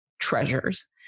treasures